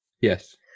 Yes